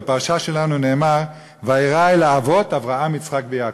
בפרשה שלנו נאמר: "וארא אל האבות אברהם יצחק ויעקב".